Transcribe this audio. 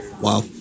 Wow